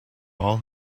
all